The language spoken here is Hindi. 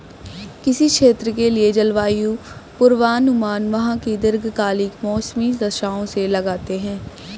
किसी क्षेत्र के लिए जलवायु पूर्वानुमान वहां की दीर्घकालिक मौसमी दशाओं से लगाते हैं